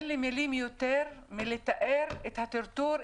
אין לי מילים יותר לתאר את הטרטור,